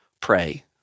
PRAY